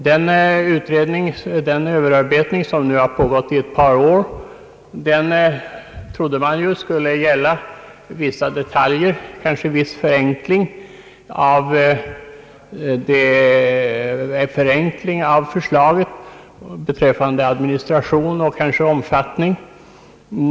Man trodde att den överarbetning som pågått i ett par år skulle gälla vissa detaljer, kanske viss förenkling av förslaget beträffande administrationen och kanske omfattningen.